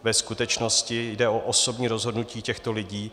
Ve skutečnosti jde o osobní rozhodnutí těchto lidí.